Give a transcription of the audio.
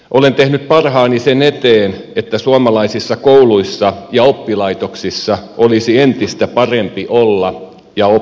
olen tehnyt parhaani sen eteen että suomalaisissa kouluissa ja oppilaitoksissa olisi entistä parempi olla ja oppia